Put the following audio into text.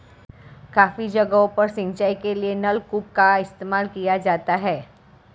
काफी जगहों पर सिंचाई के लिए नलकूप का भी इस्तेमाल किया जाता है